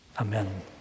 Amen